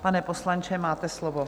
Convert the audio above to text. Pane poslanče, máte slovo.